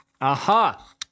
Aha